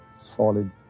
solid